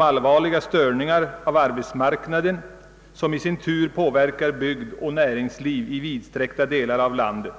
Allvarliga störningar kan uppstå för arbetsmarknaden, vilka i sin tur påverkar bygd och näringsliv i vidsträckta delar av landet.